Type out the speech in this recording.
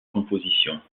compositions